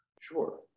Sure